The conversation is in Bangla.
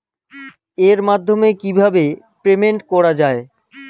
এর মাধ্যমে কিভাবে পেমেন্ট করা য়ায়?